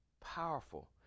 powerful